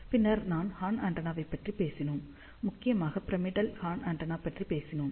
பின்னர் நாம் ஹார்ன் ஆண்டெனாவைப் பற்றி பேசினோம் முக்கியமாக பிரமிடல் ஹார்ன் ஆண்டெனாவைப் பற்றி பேசினோம்